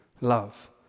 love